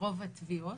רוב הטביעות.